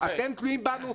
אתם תלויים בנו,